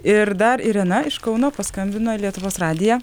ir dar irena iš kauno paskambino į lietuvos radiją